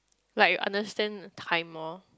like understand the time lor